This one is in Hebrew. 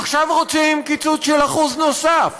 עכשיו רוצים קיצוץ של 1% נוסף,